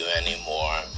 anymore